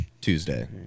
Tuesday